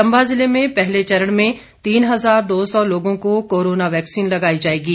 चंबा जिले में पहले चरण में तीन हजार दो सौ लोगों को कोरोना वैक्सीन लगाई जाएंगी